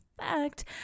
fact